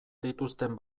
dituzten